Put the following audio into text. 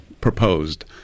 proposed